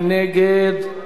מי נגד?